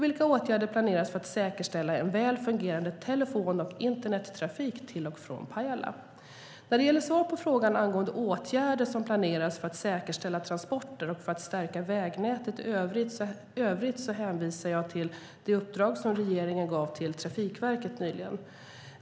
Vilka åtgärder planeras för att säkerställa en väl fungerande telefon och internettrafik till och från Pajala? När det gäller svar på frågan angående åtgärder som planeras för att säkerställa transporter och för att stärka vägnätet i övrigt hänvisar jag till det uppdrag som regeringen gav till Trafikverket nyligen.